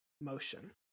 motion